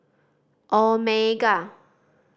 omega